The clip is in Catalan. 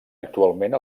actualment